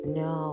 no